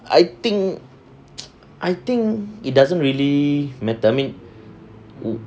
I think I think it doesn't really matter I mean